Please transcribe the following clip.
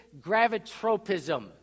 gravitropism